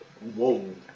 Whoa